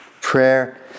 Prayer